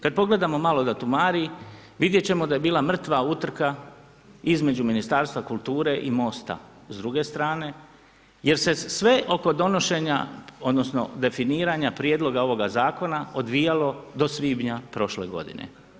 Kad pogledamo malo datumarij, vidjet ćemo da je bila mrtva utrka između Ministarstva kulture i MOST-a, s druge strane jer se sve oko donošena odnosno definiranja prijedloga ovoga zakona odvijalo do svibnja prošle godine.